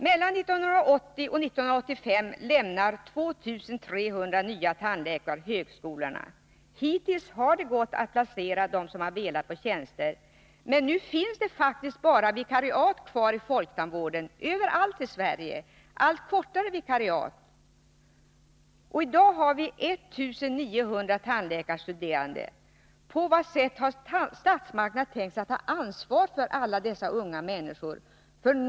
Mellan 1980 och 1985 lämnar 2 300 nya tandläkare högskolorna. Hittills har det gått att placera dem som har velat på tjänster. Men nu finns det faktiskt bara kvar vikariat, som blir allt kortare, inom folktandvården överallt i Sverige. I dag har vi 1 900 tandläkarstuderande. På vad sätt har statsmakterna tänkt sig att ta ansvar för alla dessa unga människor?